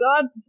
God